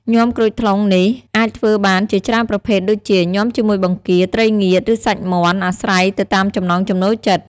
ញាំក្រូចថ្លុងនេះអាចធ្វើបានជាច្រើនប្រភេទដូចជា ញាំជាមួយបង្គា ត្រីងៀត ឬសាច់មាន់ អាស្រ័យទៅតាមចំណង់ចំណូលចិត្ត។